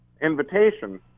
invitation